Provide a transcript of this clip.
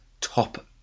top